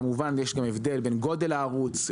כמובן, יש גם הבדל בין גודל הערוץ.